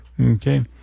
Okay